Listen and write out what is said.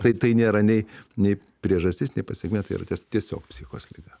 tai tai nėra nei nei priežastis nei pasekmė tai yra ties tiesiog psichikos liga